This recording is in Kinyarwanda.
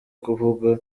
kuvuga